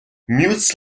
mutes